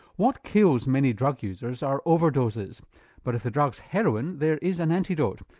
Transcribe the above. what kills many drug users are overdoses but if the drug's heroin there is an antidote.